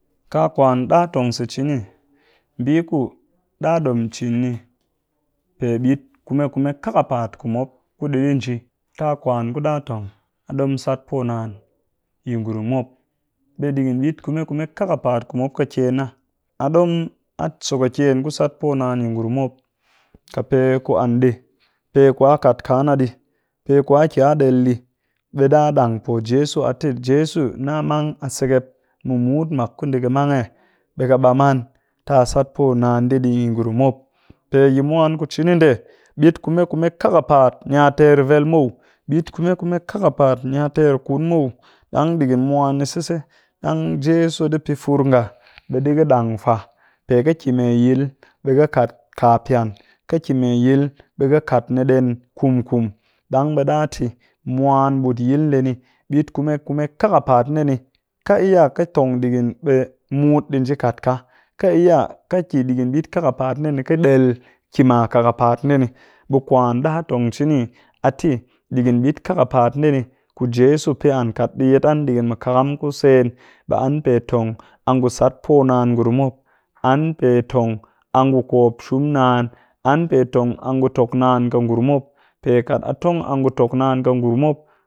Ka kwan ɗa tong se cini mbii ku ɗa ɗom cin ni pe ɓit kume kume kakapaat ku mop kuɗi ɗi nji ka kwan ku ɗa tong a ɗom sat poo naan yi ngurum mop ɓe digin ɓit kume kume kakapaat ku mop ƙɨ ken na, a ɗom a so kakyen ku sat poo naan yi ngurum mop ka pe ku an ɗii, pe ku a kat kaa na ɗii pe ku a ki a ɗel ɗii, ɓe ɗa ɗang a po jeso a tɨ jeso na mang a sekep mu mut mak ku ndi ka mang eh ɓe ka ɓam an tɨ a sat poo naan ndee ɗii yi ngurum mop, pe yi mwan ku cini ndee ɓit kume kume kakapaat ni a ter vel muw, ɓit kume kume kakapaat ni a ter kun muw, ɗang ɗigin mwan ni sise ɗang jeso ɗi pɨ fur nga, ɓe ɗika ɗang fwa pe ƙɨ ki mee yil ɓe ƙɨ kat kaa piyan, ƙɨki mee yil ɓe ƙɨ kat ɗen kum kum, ɗang ɓe ɗa ti mwan ɓut yil ndee ni ɓit kume kume kakapaat ndee ni, ƙɨ iya ƙɨ tong ɗigin ɓe mut ɗi nji kaat ka, ƙɨ iya ƙɨ ki ɗigin ɓit kakapaat ndee ni ƙɨ ɗel ki ma kakapaat ndee ni ɓe kwan ɗa tong cini a tɨ ɗigin ɓit kakapaat ndee ni ku jeso pɨ an kat ɗii yet an ɗigin mu kakam ku sen ɓe an pe tong a ngu sat poo naan ngurum mop, an pe tong a ngu kop shum naan an pe tong a ngu tok naan ƙɨ ngurum mop pe kat a tong a ngu tok naan ƙɨ ngurum mop